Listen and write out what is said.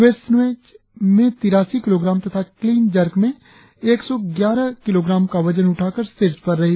वे snatch में तिरासी kilogram तथा क्लीन जर्क में एक सौ ग्रारह किलोग्राम का वजन उठाकर शीर्ष पर रहीं